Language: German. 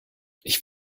ich